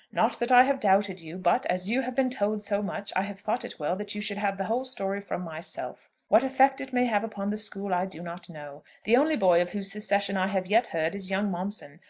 not that i have doubted you but, as you have been told so much, i have thought it well that you should have the whole story from myself. what effect it may have upon the school i do not know. the only boy of whose secession i have yet heard is young momson.